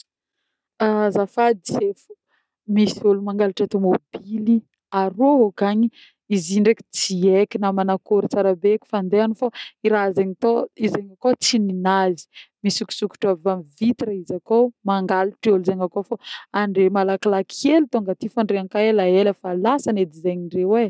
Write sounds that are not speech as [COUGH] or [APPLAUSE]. [HESITATION] azafady sefo, misy ôlo mangalatra tomobile arô akagny. Izy io ndreky tsy eky na manakôry tsara be eky fandehany fô iraha zegny tô, zegny akô tsy ninazy. Misikosikotra avy amin'ny vitre izy akô e, mangalatra ôlo zagny akô, fô andreo malakilaky hely tônga aty fô andreo koa elaela efa lasany edy zegny ndreo.